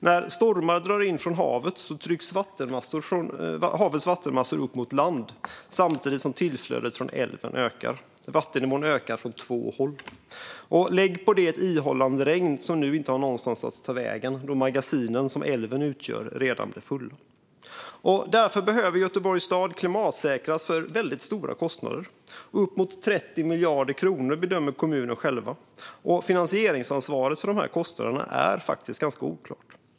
När stormar drar in från havet trycks havets vattenmassor upp mot land, samtidigt som tillflödet från älven ökar. Vattennivån ökar då från två håll. Lägg på det ett ihållande regn som nu inte har någonstans att ta vägen, då magasinen som älven utgör redan är fulla. Därför behöver Göteborgs stad klimatsäkras till väldigt stora kostnader - uppemot 30 miljarder, bedömer kommunen. Finansieringsansvaret för dessa kostnader är ganska oklart.